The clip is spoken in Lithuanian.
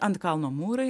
ant kalno mūrai